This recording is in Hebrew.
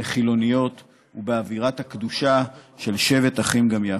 וחילוניות ובאווירת הקדושה של "שבת אחים גם יחד".